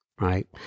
right